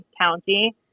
county